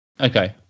Okay